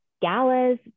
galas